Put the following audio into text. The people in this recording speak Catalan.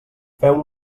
feu